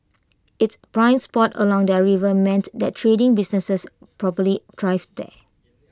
it's prime spot along the river meant that trading businesses probably thrived there